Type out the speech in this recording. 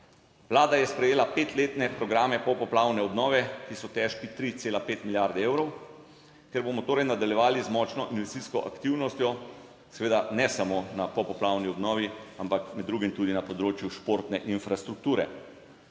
Vlada je sprejela petletne programe popoplavne obnove, ki so težki 3,5 milijarde evrov, ker bomo torej nadaljevali z močno investicijsko aktivnostjo, seveda ne samo na popoplavni obnovi, ampak med drugim tudi na področju športne infrastrukture.